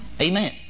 Amen